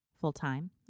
full-time